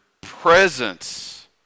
presence